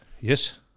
Yes